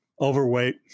overweight